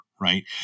right